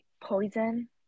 poison